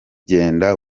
genda